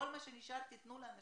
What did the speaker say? כל מה שנשאר תנו לאנשים,